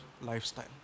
lifestyle